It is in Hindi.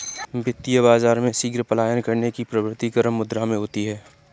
वित्तीय बाजार में शीघ्र पलायन करने की प्रवृत्ति गर्म मुद्रा में होती है